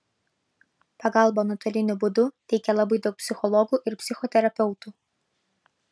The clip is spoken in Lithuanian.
pagalbą nuotoliniu būdu teikia labai daug psichologų ir psichoterapeutų